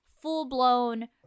full-blown